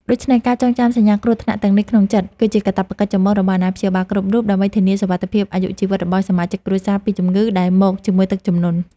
ដូច្នេះការចងចាំសញ្ញាគ្រោះថ្នាក់ទាំងនេះក្នុងចិត្ត គឺជាកាតព្វកិច្ចចម្បងរបស់អាណាព្យាបាលគ្រប់រូប ដើម្បីធានាសុវត្ថិភាពអាយុជីវិតរបស់សមាជិកគ្រួសារពីជំងឺដែលមកជាមួយទឹកជំនន់។